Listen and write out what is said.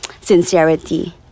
sincerity